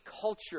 culture